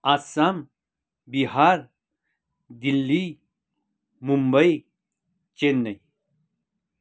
Assam Bihar Delhi Mumbai Chennai